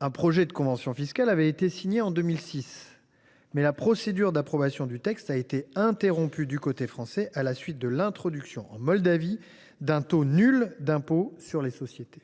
Un projet de convention fiscale avait été signé en 2006, mais la procédure d’approbation du texte a été interrompue du côté français à la suite de l’introduction en Moldavie d’un taux nul d’impôt sur les sociétés.